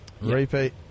Repeat